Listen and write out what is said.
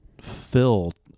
filled